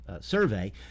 survey